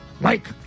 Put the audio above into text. Mike